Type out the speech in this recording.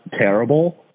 terrible